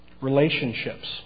Relationships